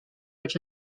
which